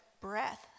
breath